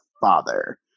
father